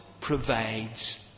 provides